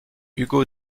ugo